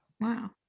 Wow